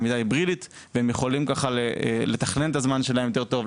היברידית והם יכולים ככה לתכנן את הזמן שלהם יותר טוב,